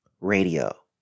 Radio